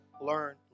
learn